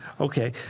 Okay